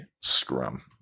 scrum